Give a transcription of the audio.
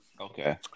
Okay